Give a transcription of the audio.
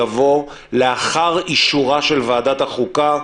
יבוא: "לאחר אישורה של ועדת החוקה,